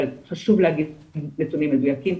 אבל חשוב להגיד נתונים מדויקים.